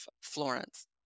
Florence